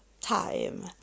time